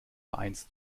vereins